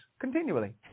continually